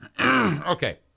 Okay